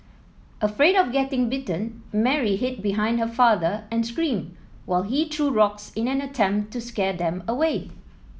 afraid of getting bitten Mary hid behind her father and screamed while he threw rocks in an attempt to scare them away